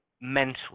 mental